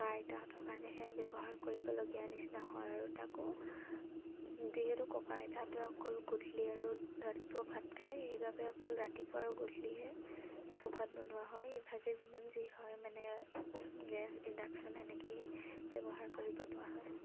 ককা আইতাহঁতৰ কাৰণেহে ব্যৱহাৰ কৰিবলগীয়া নিচিনা হয় আৰু তাকো যিহেতু ককা আইতাহঁতে অকল গধূলি আৰু ৰাতিপুৱা ভাত খাই সেইবাবে অকল ৰাতিপুৱা আৰু গধূলিহে চৌকাত বনোৱা হয় ইভাগে যিমান যি হয় মানে গেছ ইণ্ডাকশ্যন তেনেকেই ব্যৱহাৰ কৰি বনোৱা হয়